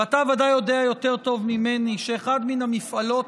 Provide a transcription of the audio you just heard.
ואתה ודאי יודע יותר טוב ממני שאחד מן המפעלות